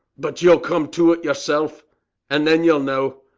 but you'll come to it yourself and then you'll know.